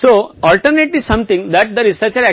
अब आप किस तरह परिकल्पना का परीक्षण करते हैं